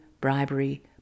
bribery